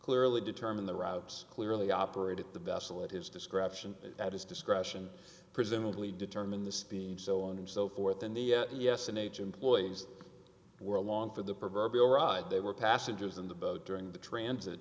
clearly determine the routes clearly operated the vessel it is description at his discretion presumably determine the speed so on and so forth and the yes in age employees were along for the proverbial ride they were passengers in the boat during the transit